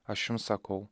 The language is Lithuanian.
aš jums sakau